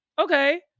okay